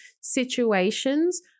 situations